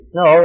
no